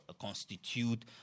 constitute